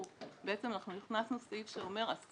בעצם אנחנו הכנסנו סעיף שאומר: אסור לעשות